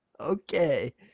Okay